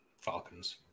Falcons